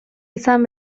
izan